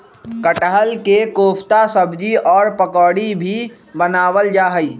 कटहल के कोफ्ता सब्जी और पकौड़ी भी बनावल जा हई